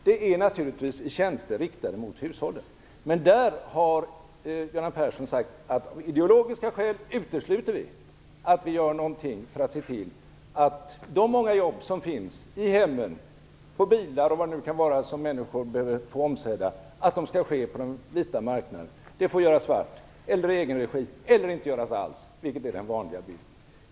Det är naturligtvis fråga om tjänster riktade mot hushållen. Men Göran Persson har sagt att han av ideologiska skäl utesluter att man skall göra någonting för att se till att de många jobb som finns i hemmen - på bilar och andra saker som människor kan behöva få omsedda - skall ske på den vita marknaden. De får göras svart, i egen regi eller inte göras alls, vilket är den vanliga bilden.